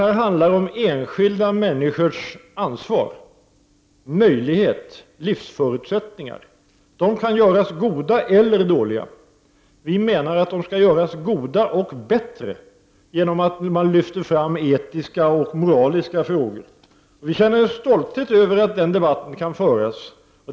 Det handlar om enskilda människors ansvar, möjligheter, livsförutsättningar. Dessa kan göras goda eller dåliga. Vi menar att de skall göras goda och bättre genom att man lyfter fram etiska och moraliska frågor. Vi känner stolthet över att den debatten kan föras.